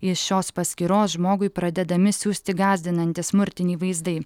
iš šios paskyros žmogui pradedami siųsti gąsdinantys smurtiniai vaizdai